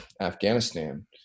Afghanistan